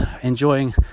enjoying